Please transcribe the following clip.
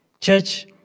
Church